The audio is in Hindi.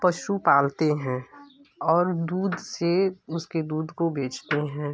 पशु पालते हैं और दूध से उसके दूध को बेचते हैं